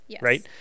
right